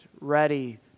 ready